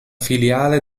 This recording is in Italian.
filiale